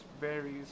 varies